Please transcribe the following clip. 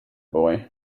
boy